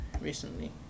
recently